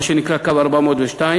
ומה שנקרא קו 402,